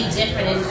different